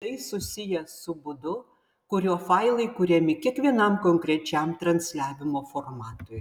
tai susiję su būdu kuriuo failai kuriami kiekvienam konkrečiam transliavimo formatui